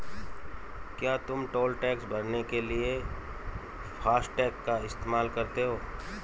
क्या तुम toll tax भरने के लिए फासटेग का इस्तेमाल करते हो?